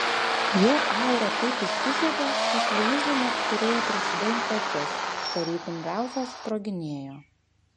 jo aura taip įsižiebė kad luiza net turėjo prisidengti akis tarytum ralfas sproginėjo